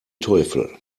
teufel